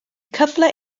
cyfle